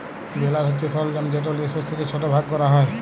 বেলার হছে সরলজাম যেট লিয়ে শস্যকে ছট ভাগ ক্যরা হ্যয়